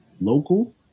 local